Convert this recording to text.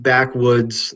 Backwoods